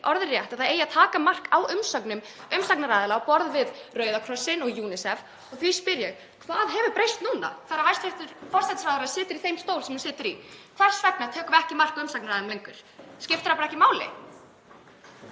orðrétt að það eigi að taka mark á umsögnum umsagnaraðila á borð við Rauða krossinn og UNICEF. Því spyr ég: Hvað hefur breyst núna þegar hæstv. forsætisráðherra situr í þeim stól sem hún situr í? Hvers vegna tökum við ekki mark á umsagnaraðilum lengur? Skiptir það bara ekki máli?